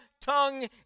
tongue